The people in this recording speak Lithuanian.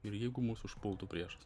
ir jeigu mus užpultų priešas